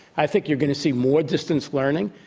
i think you're going to see more distance learning,